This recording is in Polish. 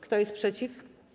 Kto jest przeciw?